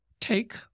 take